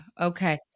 Okay